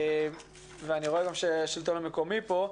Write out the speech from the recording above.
אני רואה שגם השלטון המקומי פה.